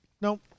Nope